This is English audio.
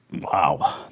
Wow